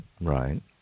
right